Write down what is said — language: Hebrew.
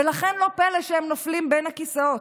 ולכן לא פלא שהם נופלים בין הכיסאות.